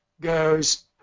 goes